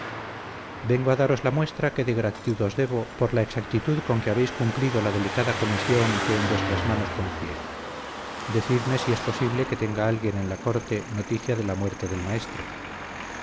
vengo a daros la muestra que de gratitud os debo por la exactitud con que habéis cumplido la delicada comisión que en vuestras manos confié decidme si es posible que tenga alguien en la corte noticia de la muerte del maestre